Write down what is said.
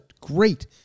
Great